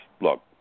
Look